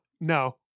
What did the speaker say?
no